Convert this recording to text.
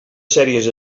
sèries